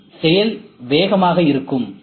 C செயல் வேகமாக இருக்கும்